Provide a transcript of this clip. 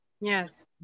yes